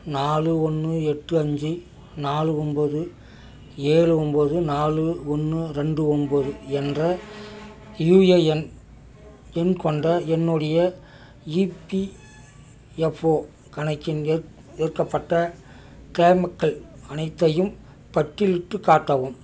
நாலு ஒன்று எட்டு அஞ்சு நாலு ஒம்போது ஏழு ஒம்போது நாலு ஒன்று ரெண்டு ஒம்போது என்ற யுஏஎன் எண் கொண்ட என்னுடைய இபிஎஃப்ஓ கணக்கின் ஏற்கப்பட்ட க்ளெய்ம்கள் அனைத்தையும் பட்டியலிட்டுக் காட்டவும்